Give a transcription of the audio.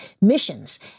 missions